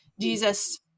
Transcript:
Jesus